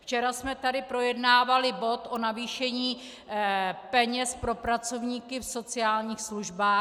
Včera jsme tady projednávali bod o navýšení peněz pro pracovníky v sociálních službách.